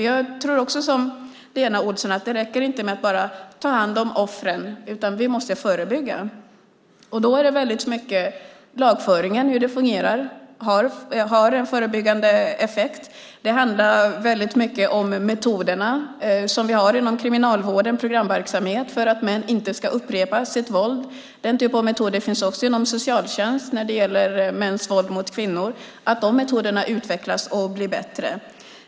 Jag tror som Lena Olsson att det inte räcker med att bara ta hand om offren, utan vi måste förebygga. Då handlar det mycket om lagföringen och hur den fungerar. Det har en förebyggande effekt. Det handlar om de metoder vi har inom Kriminalvården - programverksamhet för att män inte ska upprepa sitt våld. Den typen av metoder finns också inom socialtjänsten när det gäller mäns våld mot kvinnor. De ska utvecklas och bli bättre.